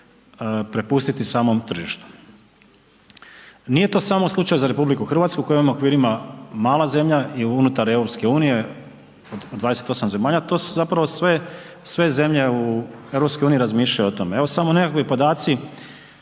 prepustiti samom tržištu. Nije to samo slučaj za RH koja je u ovim okvirima mala zemlja i unutar EU od 28 zemalja, to su zapravo sve zemlje u EU razmišljaju o tome. Evo samo nekakvi podaci,